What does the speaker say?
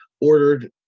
ordered